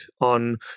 on